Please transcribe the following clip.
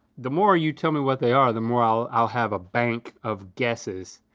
the more you tell me what they are, the more i'll have a bank of guesses.